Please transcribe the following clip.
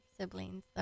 siblings